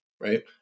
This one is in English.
right